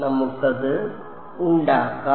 നമുക്കത് ഉണ്ടാക്കാം